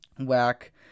Whack